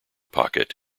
pocket